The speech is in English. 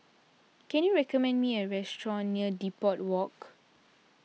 can you recommend me a restaurant near Depot Walk